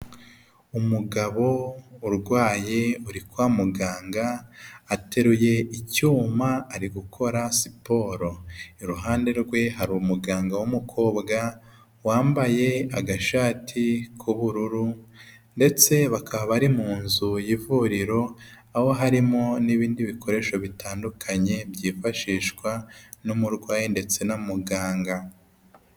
Umugabo urwaye uri kwa muganga ateruye icyuma ari gukora siporo iruhande rwe hari umuganga w'umukobwa wambaye agashati k'ubururu ndetse bakaba bari mu nzu y'ivuriro aho harimo n'ibindi bikoresho bitandukanye byifashishwa n'umurwayi ndetse na muganga.